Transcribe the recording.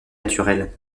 naturel